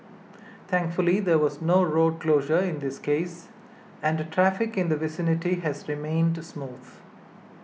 thankfully there was no road closure in this case and traffic in the vicinity has remained smooth